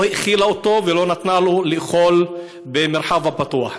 לא האכילה אותו, ולא נתנה לו לאכול במרחב הפתוח.